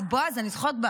אז בועז, אני זוכרת,